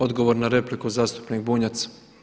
Odgovor na repliku zastupnik Bunjac.